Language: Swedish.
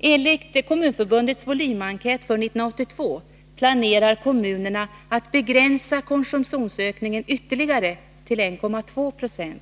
Enligt Kommunförbundets volymenkät för 1982 planerar kommunerna att begränsa konsumtionsökningen ytterligare, till 1,2 76.